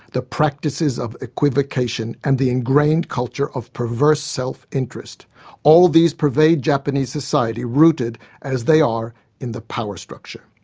the practices of equivocation and the ingrained culture of perverse self-interest. all these pervade japanese society, rooted as they are in the power structure.